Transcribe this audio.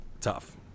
Tough